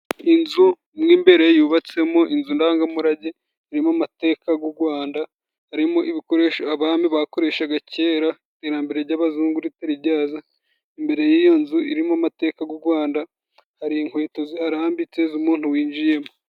Inzu, mo imbere yubatsemo inzu ndangamurage irimo amateka g'u Rwanda, harimo ibikoresho abami bakoreshaga kera iterambere jy'abazungu ritari jyaza. Imbere y'iyo nzu irimo amateka g' u Rwanda hari inkweto ziharambitse z'umuntu winjiyemo.